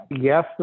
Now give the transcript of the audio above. Yes